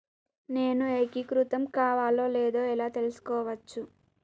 నేను ఏకీకృతం కావాలో లేదో ఎలా తెలుసుకోవచ్చు?